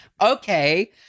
Okay